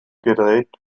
gedreht